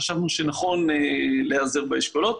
חשבנו שנכון להיעזר באשכולות.